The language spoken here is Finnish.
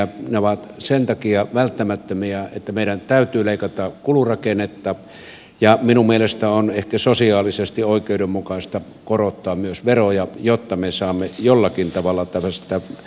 ne ovat sen takia välttämättömiä että meidän täytyy leikata kulurakennetta ja minun mielestäni on ehkä sosiaalisesti oikeudenmukaista korottaa myös veroja jotta me saamme jollakin tavalla tämmöisestä velkatilanteesta otetta